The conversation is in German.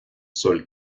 soll